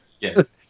Yes